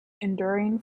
enduring